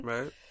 Right